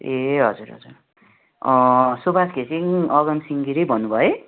ए हजुर हजुर सुभाष घिसिङ अगम सिंह गिरी भन्नु भयो है